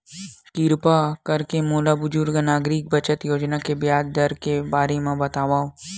किरपा करके मोला बुजुर्ग नागरिक बचत योजना के ब्याज दर के बारे मा बतावव